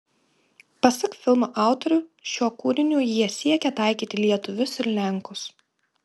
pasak filmo autorių šiuo kūriniu jie siekė taikyti lietuvius ir lenkus